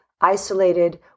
Isolated